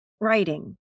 writing